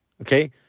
okay